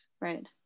Right